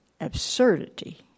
absurdity